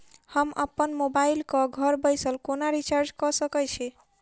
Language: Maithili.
हम अप्पन मोबाइल कऽ घर बैसल कोना रिचार्ज कऽ सकय छी?